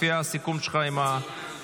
לפי הסיכום שלך עם האופוזיציה.